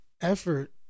effort